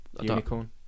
unicorn